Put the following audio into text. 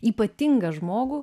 ypatingą žmogų